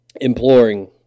imploring